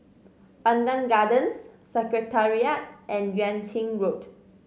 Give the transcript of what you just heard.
Pandan Gardens Secretariat and Yuan Ching Road